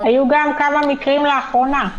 --- היו גם כמה מקרים לאחרונה.